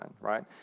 right